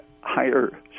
higher